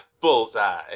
Bullseye